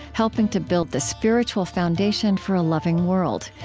helping to build the spiritual foundation for a loving world.